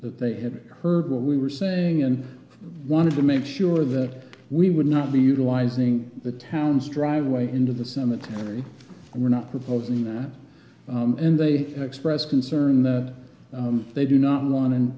that they had heard what we were saying and wanted to make sure that we would not be utilizing the town's driveway into the cemetery and we're not proposing that and they express concern that they do not